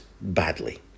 badly